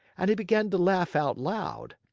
and he began to laugh out loud.